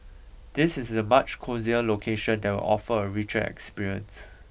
this is a much cosier location that will offer a richer experience